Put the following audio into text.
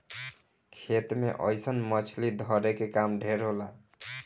खेत मे अइसन मछली धरे के काम ढेर होला